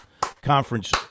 conference